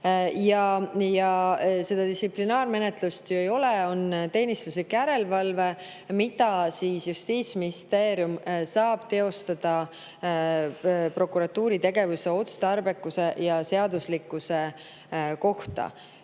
Aga distsiplinaarmenetlust ju ei ole, on teenistuslik järelevalve, mida Justiitsministeerium saab teostada prokuratuuri tegevuse otstarbekuse ja seaduslikkuse üle.